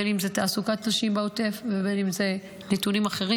בין אם זה תעסוקת נשים בעוטף ובין אם זה נתונים אחרים,